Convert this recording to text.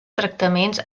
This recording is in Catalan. tractaments